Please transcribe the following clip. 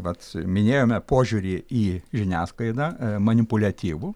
vat minėjome požiūrį į žiniasklaidą manipuliatyvų